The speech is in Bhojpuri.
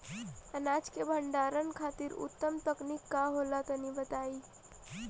अनाज के भंडारण खातिर उत्तम तकनीक का होला तनी बताई?